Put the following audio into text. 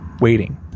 waiting